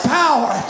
power